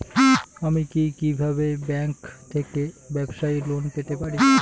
আমি কি কিভাবে ব্যাংক থেকে ব্যবসায়ী লোন পেতে পারি?